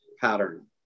pattern